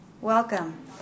Welcome